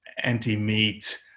anti-meat